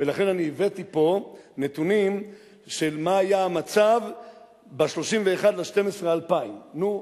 ולכן אני הבאתי פה נתונים של מה היה המצב ב-31 בדצמבר 2000. נו,